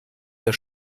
der